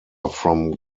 from